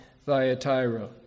Thyatira